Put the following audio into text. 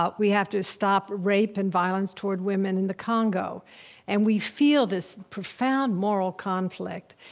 ah we have to stop rape and violence toward women in the congo and we feel this profound moral conflict.